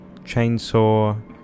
chainsaw